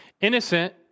Innocent